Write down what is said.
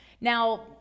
Now